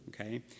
Okay